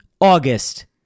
August